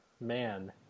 man